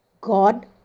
God